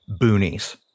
boonies